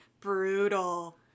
Brutal